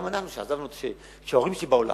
גם כשההורים שלי באו לארץ,